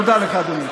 תודה לך, אדוני.